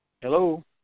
Hello